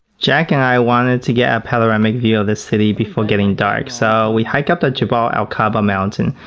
jack and i wanted to get a panorama view of the city before getting dark. so we hike up jabal al-khubtha mountain.